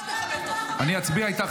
אני אצביע איתך,